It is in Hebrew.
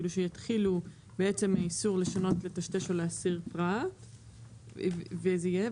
בעצם שיתחילו בעצם מהאיסור לשנות לטשטש או להסיר פרט וזה יהיה,